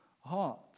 heart